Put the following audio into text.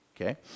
Okay